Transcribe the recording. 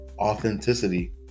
authenticity